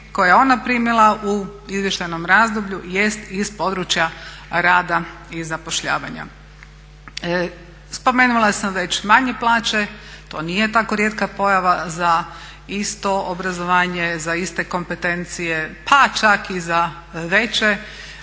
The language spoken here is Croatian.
koje je ona primila u izvještajnom razdoblju jest iz područja rada i zapošljavanja. Spomenula sam već manje plaće, to nije tako rijetka pojava za isto obrazovanje, za iste kompetencije pa čak i za veće